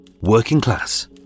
working-class